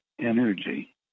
energy